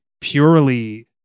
purely